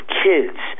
kids